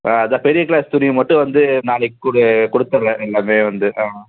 ஆ அதான் பெரிய கிளாஸ் துணியை மட்டும் வந்து நாளைக்கு கொடு கொடுத்துட்றேன் எல்லாமே வந்து ஆ